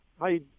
Hi